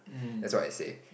that's what I say